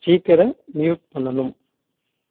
ஸ்பீக்கரை மியூட் பண்ணணும்